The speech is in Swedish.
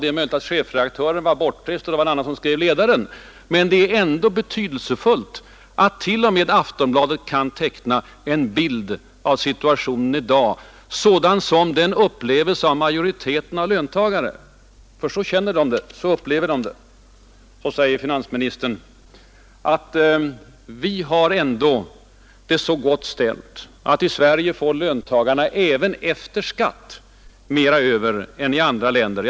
Det är möjligt att chefredaktören var bortrest och att det var en annan som skrev ledaren, men det är ändå betydelsefullt att t.o.m. Aftonbladet kan ge en bild av situationen i dag sådan som den upplevs av majoriteten av löntagarna. Så känner de det, så upplever de det! Då säger finansministern att vi har det ändå så gott ställt och att löntagarna i Sverige även efter skatt får mer över än i andra länder.